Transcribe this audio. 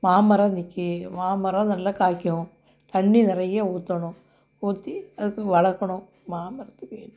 மாமரம் நிற்கி மாமரம் நல்லா காய்க்கும் தண்ணி நிறைய ஊற்றணும் ஊற்றி அதுக்கும் வளர்க்கணும் மாமரத்துக்கு